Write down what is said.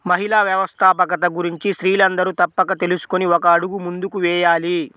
మహిళా వ్యవస్థాపకత గురించి స్త్రీలందరూ తప్పక తెలుసుకొని ఒక అడుగు ముందుకు వేయాలి